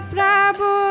Prabhu